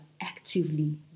actively